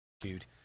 Dude